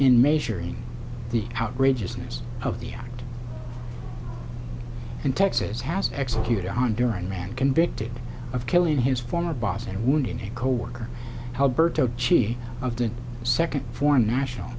in measuring the outrageousness of the act in texas has executed on during man convicted of killing his former boss and wounding a coworker alberto chief of the second foreign national